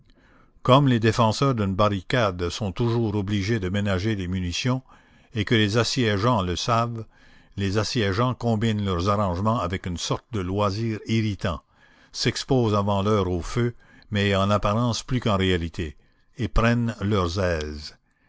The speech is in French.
comme les défenseurs d'une barricade sont toujours obligés de ménager les munitions et que les assiégeants le savent les assiégeants combinent leurs arrangements avec une sorte de loisir irritant s'exposent avant l'heure au feu mais en apparence plus qu'en réalité et prennent leurs aises